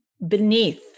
Beneath